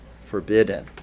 forbidden